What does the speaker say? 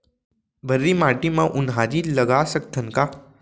भर्री माटी म उनहारी लगा सकथन का?